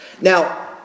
Now